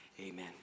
Amen